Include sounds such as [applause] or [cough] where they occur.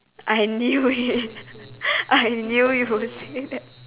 I knew it [laughs] I knew you would say that